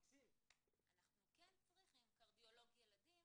מקסים אנחנו כן צריכים קרדיולוג ילדים